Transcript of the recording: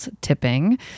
Tipping